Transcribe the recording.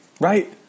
Right